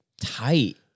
tight